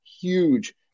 huge